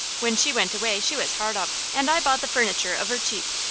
when she went away she was hard up, and i bought the furniture of her cheap.